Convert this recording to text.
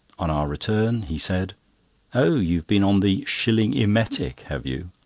on our return, he said oh, you've been on the shilling emetic have you?